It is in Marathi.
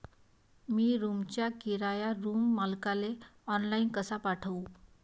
मी रूमचा किराया रूम मालकाले ऑनलाईन कसा पाठवू?